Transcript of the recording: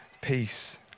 peace